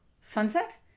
sunset